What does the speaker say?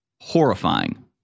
Horrifying